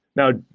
now,